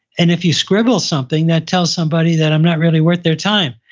and if you scribble something, that tells somebody that i'm not really worth their time.